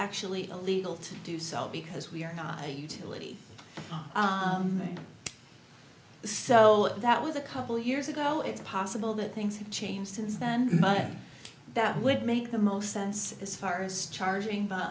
actually illegal to do so because we are not a utility so that was a couple years ago it's possible that things have changed since then but that would make the most sense as far as charging b